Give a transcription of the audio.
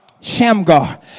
Shamgar